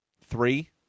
three